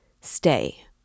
Stay